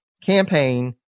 campaign